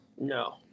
No